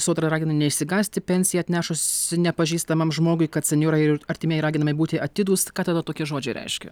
sodra ragina neišsigąsti pensiją atnešus nepažįstamam žmogui kad senjorai ir artimieji raginami būti atidūs ką tada tokie žodžiai reiškia